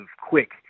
quick